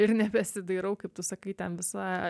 ir nebesidairau kaip tu sakai ten visa